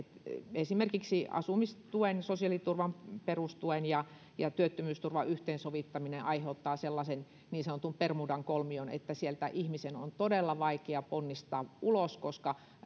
esimerkiksi asumistuen sosiaaliturvan perustuen ja ja työttömyysturvan yhteensovittaminen aiheuttaa sellaisen niin sanotun bermudan kolmion että sieltä ihmisen on todella vaikea ponnistaa ulos koska